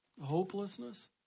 Hopelessness